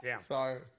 Sorry